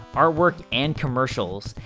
artwork, and commercials.